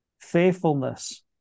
faithfulness